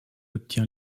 obtient